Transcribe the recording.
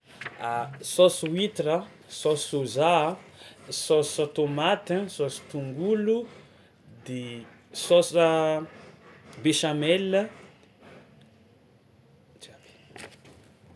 A saosy huitre a, saosy soja, saosy tômaty a, saosy tongolo de saosy béchamel.